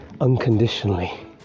unconditionally